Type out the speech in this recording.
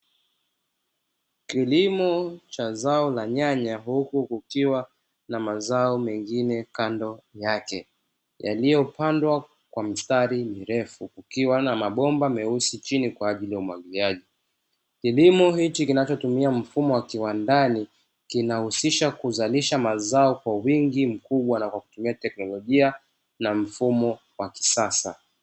Kilimo cha zao la nyanya ,huku kukiwa na mazao mengine kando yake, yaliyopandwa kwa mistari mirefu, ukiwa na mabomba meusi chini kwajili ya umwagiliaji. Kilimo hiki kinachotumia mfumo wa kiwandani kinahusisha kuzalisha mazao kwa wingi mkubwa na kutumia teknolojia na mfumo wa kisasa.